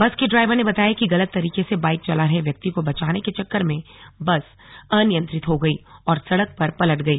बस के ड्राइवर ने बताया कि गलत तरीके से बाइक चला रहे व्यक्ति को बचाने के चक्कर में बस अनियंत्रित हो गई और सड़क पर पलट गई